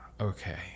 okay